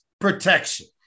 protection